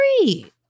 three